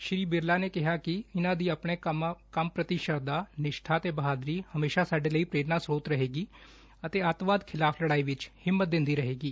ਸ੍ਰੀ ਬਿਰਲਾ ਨੇ ਕਿਹਾ ਕਿ ਇਨਾਂ ਦੀ ਆਪਣੇ ਕੰਮ ਪ੍ਤੀ ਸ਼ਰਧਾ ਨਿਸ਼ਠਾ ਤੇ ਬਹਾਦਰੀ ਹਮੇਸ਼ਾ ਸਾਡੇ ਲਈ ਪ੍ਰੇਰਨਾ ਸ੍ਰੋਤ ਰਹੇਗੀ ਤੇ ਅੱਤਵਾਦ ਖਿਲਾਫ਼ ਲੜਾਈ ਵਿੱਚ ਹਿੰਮਤ ਦਿੰਦੀ ਰਹੇਗੀ